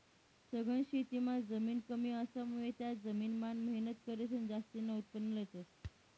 सघन शेतीमां जमीन कमी असामुये त्या जमीन मान मेहनत करीसन जास्तीन उत्पन्न लेतस